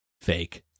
Fake